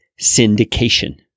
syndication